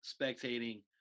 spectating